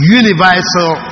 universal